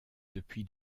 depuis